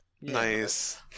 Nice